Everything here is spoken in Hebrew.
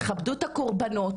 תכבדו את הקורבנות,